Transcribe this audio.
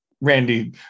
Randy